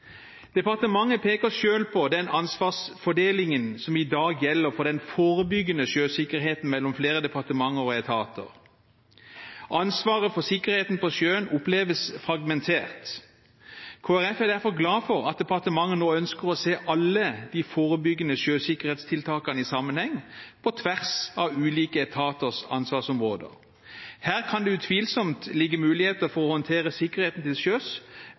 Departementet peker selv på den ansvarsdelingen som i dag gjelder for den forebyggende sjøsikkerheten mellom flere departementer og etater. Ansvaret for sikkerheten på sjøen oppleves fragmentert. Kristelig Folkeparti er derfor glad for at departementet nå ønsker å se alle de forebyggende sjøsikkerhetstiltakene i sammenheng, på tvers av ulike etaters ansvarsområder. Her kan det utvilsomt ligge muligheter for å håndtere sikkerheten til sjøs